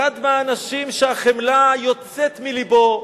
אחד מהאנשים שהחמלה יוצאת מלבו,